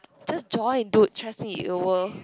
just join dude trust me it'll worth